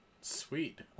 Sweet